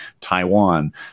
Taiwan